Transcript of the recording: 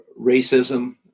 racism